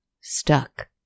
stuck